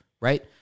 Right